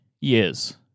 years